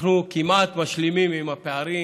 אנחנו כמעט משלימים עם הפערים: